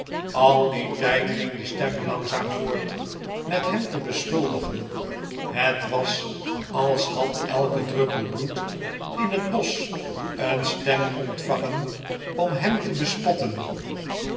al dien tijd ging de stem langzaam voort met hem te beschuldigen het was als had elke druppel bloed in het bosch een stem ontvangen om hem te bespotten